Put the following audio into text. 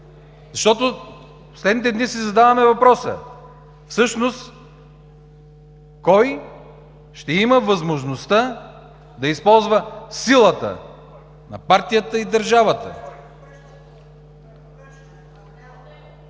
В последните дни си задаваме въпроса: всъщност кой ще има възможността да използва силата на партията и държавата?